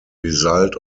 result